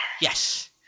Yes